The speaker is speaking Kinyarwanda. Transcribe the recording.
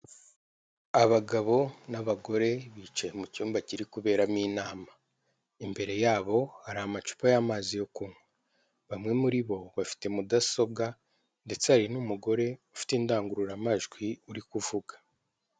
Abagabo n'abagore bicaye mu cyumba kiri kuberamo inama. Imbere yabo hari amacupa y'amazi yo kunywa. Bamwe muri bo bafite mudasobwa ndetse hari n'umugore ufite indangururamajwi uri kuvuga.